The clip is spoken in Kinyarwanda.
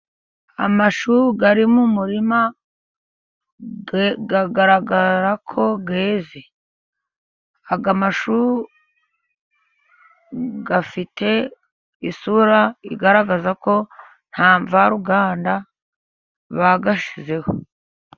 Amashu ari mu murima agaragara ko yeze, aya amashu afite isura igaragaza ko nta mvaruganda bayashizeho.